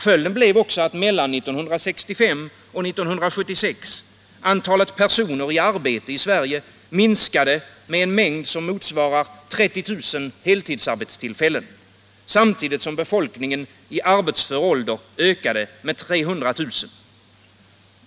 Följden blev också att mellan 1965 och 1976 antalet personer i arbete i Sverige minskade med motsvarande 30 000 heltidsarbetstillfällen samtidigt som befolkningen i arbetsför ålder ökade med 300 000.